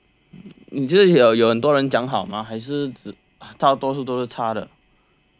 你这是有很多人讲好吗还是只大多数都是差的